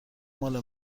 مال